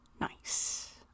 Nice